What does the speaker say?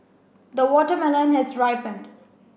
the watermelon has ripened